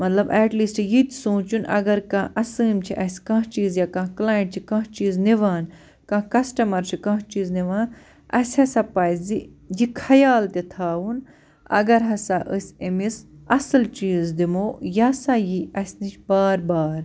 مطلب ایٚٹ لیٖسٹہٕ یِتہِ سونٛچُن اگر کانٛہہ اَسٲمۍ چھِ اَسہِ کانٛہہ چیٖز یا کانٛہہ کٔلایِنٛٹ چھِ کانٛہہ چیٖز نِوان کانٛہہ کَسٹَٕمَر چھُ کانٛہہ چیٖز نِوان اَسہِ ہسا پَزِ یہِ خیال تہِ تھاوُن اگر ہسا أسۍ أمِس اَصٕل چیٖز دِمَو یہِ ہسا یِیہِ اَسہِ نِش بار بار